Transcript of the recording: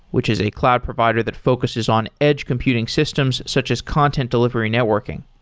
which is a cloud provider that focuses on edge computing systems, such as content delivery networking.